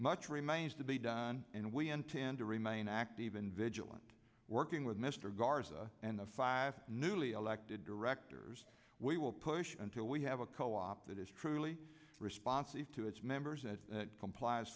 much remains to be done and we intend to remain active even vigilant working with mr garza and the five newly elected directors we will push until we have a co op that is truly responsive to its members at that compli